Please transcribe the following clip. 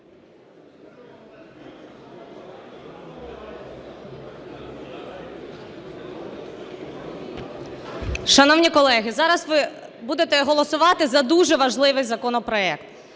Шановні колеги, зараз ви будете голосувати за дуже важливий законопроект.